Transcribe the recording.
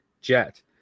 jet